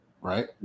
right